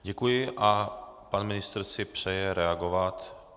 Děkuji a pan ministr si přeje reagovat.